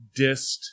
dissed